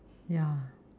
ya